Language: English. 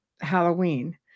Halloween